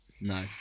No